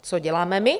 Co děláme my?